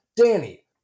Danny